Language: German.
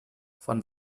von